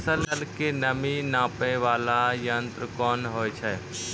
फसल के नमी नापैय वाला यंत्र कोन होय छै